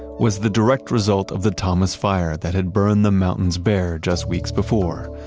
was the direct result of the thomas fire that had burned the mountains bare just weeks before.